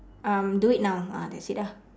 um do it now ah that's it ah